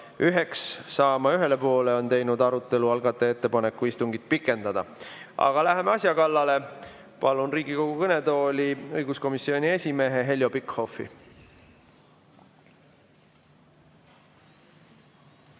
üheks saama ühele poole, on arutelu algataja teinud ettepaneku istungit pikendada. Aga läheme asja kallale. Palun Riigikogu kõnetooli õiguskomisjoni esimehe Heljo Pikhofi.